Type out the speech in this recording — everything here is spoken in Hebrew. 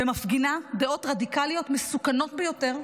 ומפגינה דעות רדיקליות מסוכנות ביותר,